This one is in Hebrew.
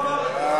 הוא לא אמר את זה.